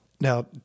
Now